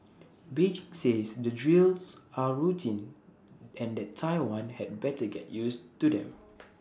Beijing says the drills are routine and that Taiwan had better get used to them